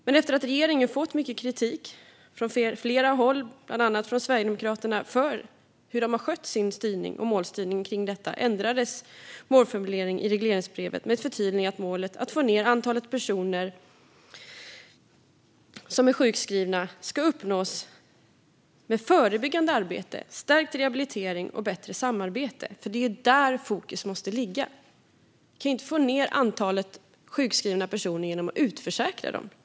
Men efter att regeringen fått mycket kritik från flera håll, bland annat från Sverigedemokraterna, för sin målstyrning kring detta ändrades målformuleringen i regleringsbrevet med ett förtydligande att målet om att få ned antalet personer som är sjukskrivna ska uppnås genom förebyggande arbete, stärkt rehabilitering och bättre samarbete. Det är nämligen där som fokus måste ligga. Man kan inte få ned antalet sjukskrivna personer genom att utförsäkra dem.